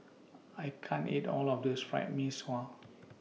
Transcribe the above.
I can't eat All of This Fried Mee Sua